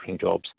jobs